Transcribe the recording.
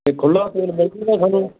ਅਤੇ ਖੁੱਲ੍ਹਾ ਤੇਲ ਮਿਲ ਜੂਗਾ ਸਾਨੂੰ